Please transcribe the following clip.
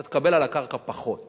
אתה תקבל על הקרקע פחות.